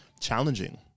challenging